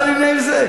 השר לענייני זה,